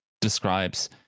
describes